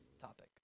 topic